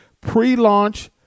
Pre-launch